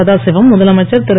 சதாசிவம் முதலமைச்சர் திரு